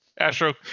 Astro